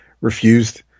refused